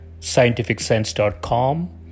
scientificsense.com